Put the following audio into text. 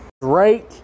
Drake